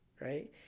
right